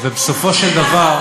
ובסופו של דבר,